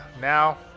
now